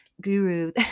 guru